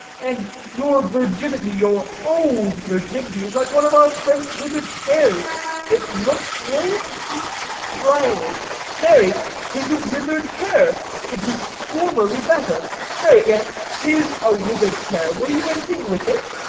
and your virginity, your old virginity, is like one of our french wither'd pears it looks ill, it eats drily marry, tis a wither'd pear it was formerly better marry, yet tis a wither'd pear. will you anything with it?